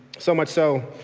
so much so,